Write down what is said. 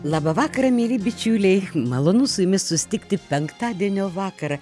labą vakarą mieli bičiuliai malonu su jumis susitikti penktadienio vakarą